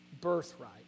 birthright